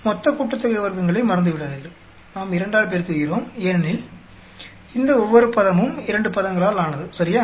மொத்த கூட்டுத்தொகை வர்க்கங்களை மறந்துவிடாதீர்கள் நாம் 2 ஆல் பெருக்குகிறோம் ஏனெனில் இந்த ஒவ்வொரு பதமும் 2 பதங்களால் ஆனது சரியா